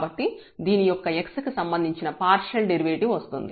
కాబట్టి దీని యొక్క x కి సంబంధించిన పార్షియల్ డెరివేటివ్ వస్తుంది